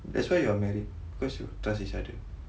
that's why you're married because you trust each other